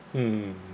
mm